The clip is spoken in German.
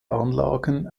anlagen